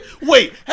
Wait